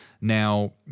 now